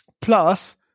Plus